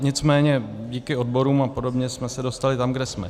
Nicméně díky odborům apod. jsme se dostali tam, kde jsme.